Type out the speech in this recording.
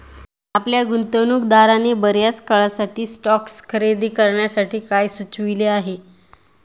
आपल्या गुंतवणूकदाराने बर्याच काळासाठी स्टॉक्स खरेदी करण्यासाठी काय सुचविले आहे?